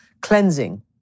cleansing